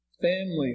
family